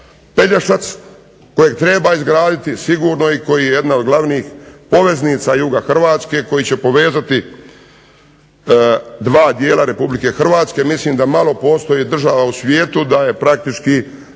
Pelješac kojeg treba izgraditi sigurno i koji je jedna od glavnih poveznica juga Hrvatske koji će povezati dva dijela RH. Mislim da malo postoji država u svijetu da praktički